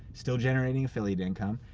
still generating affiliate income.